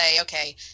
okay